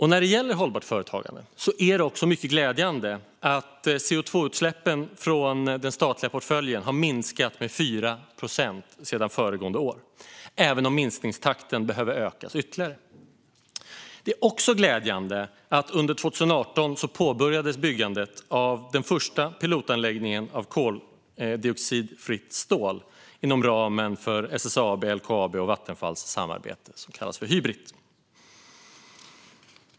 När det gäller hållbart företagande är det glädjande att CO2-utsläppen från den statliga portföljen har minskat med 4 procent sedan föregående år, även om minskningstakten behöver öka ytterligare. Det är också glädjande att byggandet av den första pilotanläggningen av koldioxidfritt stål påbörjades under 2018, inom ramen för SSAB:s, LKAB:s och Vattenfalls samarbete som kallas Hybrit.